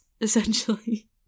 essentially